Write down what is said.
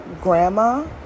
grandma